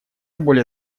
более